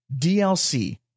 DLC